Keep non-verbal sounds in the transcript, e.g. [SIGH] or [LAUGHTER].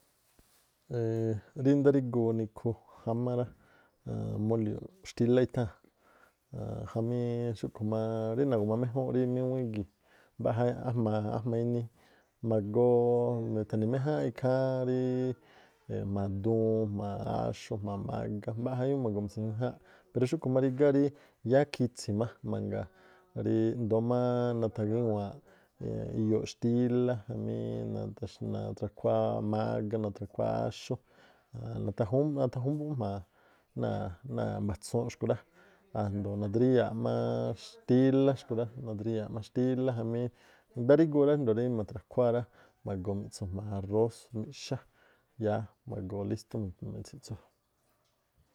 [HESITATION] rí ndáríguu nikhu jámá rá, aan moliúu̱ xtílá i̱tháa̱n. Aanꞌ jamí xúꞌkhu̱ má rí nagu̱ma méjúúnꞌ rí míŋuíí gii̱, mbaꞌja ajma̱- ajma̱- inii, ma̱goo mitha̱ni̱ méjáánꞌ ikháán ríí jma̱a duun jma̱a áxú jma̱a mágá, mbaꞌja [UNINTELLIGIBLE] ma̱goo mi̱tsi̱méjáánꞌ pero xúꞌkhu̱ má rígá rí yáá khitsi̱ má mangaa ríí ndo̱o má nathagíwaanꞌ iyooꞌ xtílá jamí nathrakuáá mágá, nathrakuáá áxú. natha-júm- natha̱ júmbúꞌ- má jma̱a náa̱-náa̱ mba̱tsuunꞌ xku̱rá, a̱jndo̱o nadriyaa̱ má xtílá xkhu̱ rá, nadriyaa̱ má xtílá jamí ndáríguu rá ríjndo̱o̱ rí ma̱thra̱kuáá rá, magoo miꞌtsu jma̱a arrós miꞌxá, yáá magoo listú mi̱tsiꞌtsu.